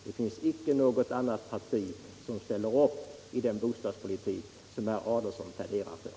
Det finns inte något annat parti som ställer upp för den bostadspolitik herr Adolfsson pläderar för.